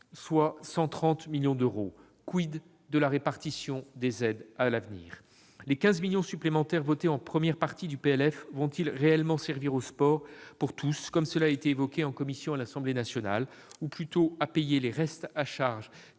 soit 130 millions d'euros. de la répartition des aides à l'avenir ? Les 15 millions d'euros supplémentaires votés en première partie du PLF vont-ils réellement servir au sport pour tous, comme cela a été évoqué en commission à l'Assemblée nationale, ou plutôt à payer les restes à charge